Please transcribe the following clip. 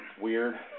weird